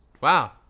Wow